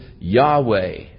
Yahweh